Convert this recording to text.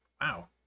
wow